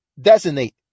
designate